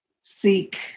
seek